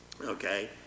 okay